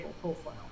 profile